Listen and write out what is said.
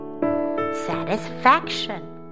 Satisfaction